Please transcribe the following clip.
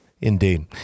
Indeed